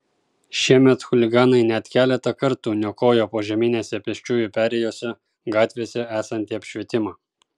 šiemet chuliganai net keletą kartų niokojo požeminėse pėsčiųjų perėjose gatvėse esantį apšvietimą